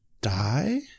die